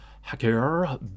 hacker